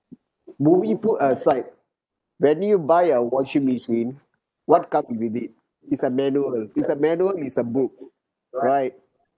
movie put aside when you buy a washing machine what comes with it it's a manual it's a manual it's a book right